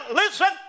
listen